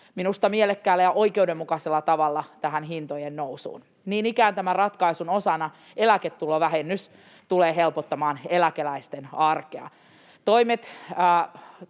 minusta mielekkäällä ja oikeudenmukaisella tavalla tähän hintojen nousuun. Niin ikään tämän ratkaisun osana eläketulovähennys tulee helpottamaan eläkeläisten arkea.